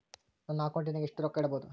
ನನ್ನ ಅಕೌಂಟಿನಾಗ ಎಷ್ಟು ರೊಕ್ಕ ಇಡಬಹುದು?